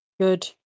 Good